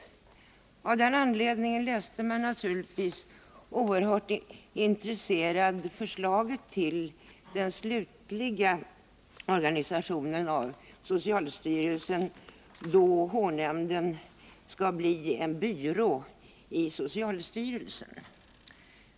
Av den anledningen tog man naturligtvis oerhört intresserat del av förslaget till den slutliga organisationen av socialstyrelsen, inom vilken h-nämnden skulle bli en byrå.